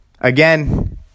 again